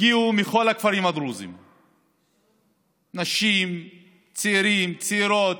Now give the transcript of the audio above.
הגיעו מכל הכפרים הדרוזיים נשים, צעירים, צעירות,